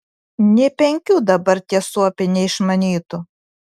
nė penkių dabar tie suopiai neišmanytų